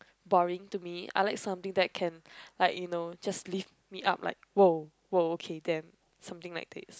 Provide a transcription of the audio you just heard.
boring to me I like something that can like you know just lift me up like !woah! !woah! okay then something like it